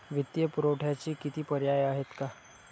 वित्तीय पुरवठ्याचे किती पर्याय आहेत का?